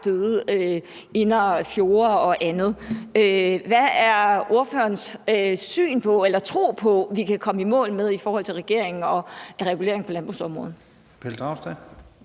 døde indre fjorde og andet. Hvad tror partilederen vi kan komme i mål med i forhold til regeringen og regulering på landbrugsområdet?